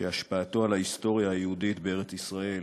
שהשפעתו על ההיסטוריה היהודית בארץ-ישראל